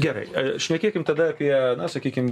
gerai šnekėkim tada apie na sakykim